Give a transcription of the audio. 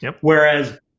Whereas